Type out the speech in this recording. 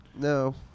No